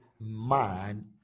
man